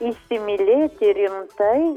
įsimylėti rimtai